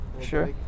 Sure